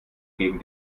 gegen